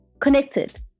connected